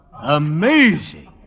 Amazing